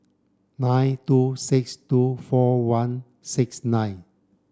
nine two six two four one six nine